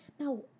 Now